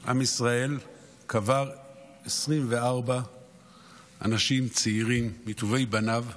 עם ישראל קבר 24 אנשים צעירים, מטובי בניו,